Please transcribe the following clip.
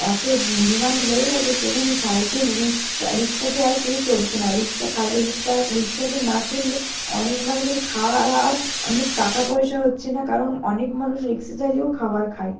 এত ডিমান্ড হয়ে গেছে সেখানে সাইকেল রিক্সা রিক্সাতে আর কেউ চড়ছে না রিক্সা সাইকেল রিক্সা রিক্সাতে না চড়লে অনেক মানুষের খাওয়া দাওয়ার অনেক টাকা পয়সা হচ্ছে না কারণ অনেক মানুষ রিক্সা চালিয়েও খাবার খায়